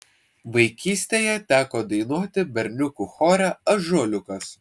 vaikystėje teko dainuoti berniukų chore ąžuoliukas